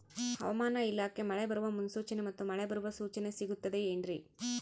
ಹವಮಾನ ಇಲಾಖೆ ಮಳೆ ಬರುವ ಮುನ್ಸೂಚನೆ ಮತ್ತು ಮಳೆ ಬರುವ ಸೂಚನೆ ಸಿಗುತ್ತದೆ ಏನ್ರಿ?